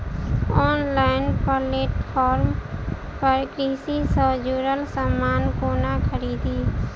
Online platform पर कृषि सँ जुड़ल समान कोना खरीदी?